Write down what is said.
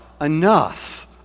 enough